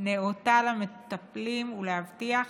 נאותה למטפלים ולהבטיח